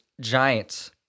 Giants